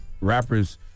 rappers